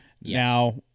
Now